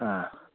ꯑꯥ